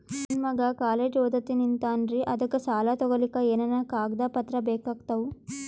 ನನ್ನ ಮಗ ಕಾಲೇಜ್ ಓದತಿನಿಂತಾನ್ರಿ ಅದಕ ಸಾಲಾ ತೊಗೊಲಿಕ ಎನೆನ ಕಾಗದ ಪತ್ರ ಬೇಕಾಗ್ತಾವು?